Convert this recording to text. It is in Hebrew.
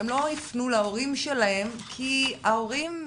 הם לא יפנו להורים שלהם כי ההורים,